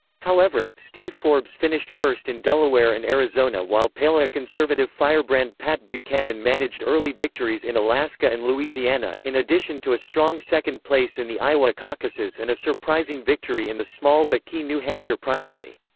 however, steve forbes finished first in delaware and arizona while paleoconservative firebrand pat buchanan managed early victories in alaska and louisiana, in addition to a strong second place in the iowa caucuses and a surprising victory in the small but key new hampshire primary.